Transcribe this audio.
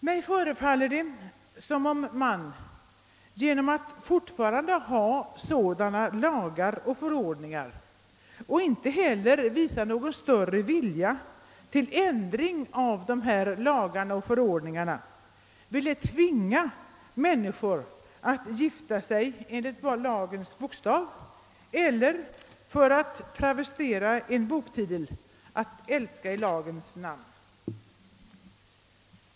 Mig förefaller det som om man genom att fortfarande ha sådana lagar och förordningar och genom att inte visa någon större vilja att ändra dessa ville tvinga människor att gifta sig enligt lagens bokstav eller, för att travestera en boktitel, att »älska i lagens namn».